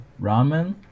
ramen